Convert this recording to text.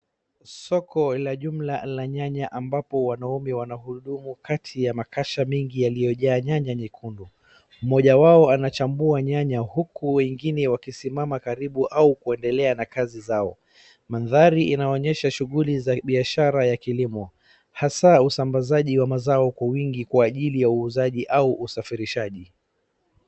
Soko la jumla la nyanya ambapo wanaume wanahudumu kati ya makasha mingi yaliojaa nyanya nyekundu. Mmoja wao anachangua nyanya huku wengine wakisimama karibu au kuendelea na kazi zao. Mandari yanaonyesha shughuli za biashara za kilimo hasa usambazaji wa mazao kwa mingi kwa ajili wa uuzaji au usafirija.